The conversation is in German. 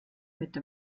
mit